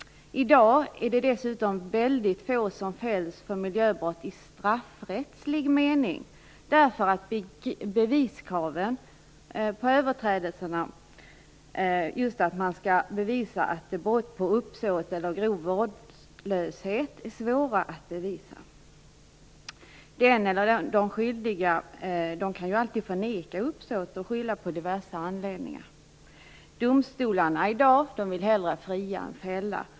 I dag är det dessutom väldigt få som fälls för miljöbrott i straffrättslig mening därför att beviskraven är svåra att uppfylla - det skall alltså bevisas att det föreligger uppsåt eller grov vårdslöshet. De skyldiga kan ju alltid förneka uppsåt och skylla på diverse orsaker. Domstolarna vill i dag hellre fria än fälla.